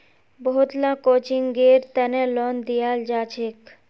बहुत ला कोचिंगेर तने लोन दियाल जाछेक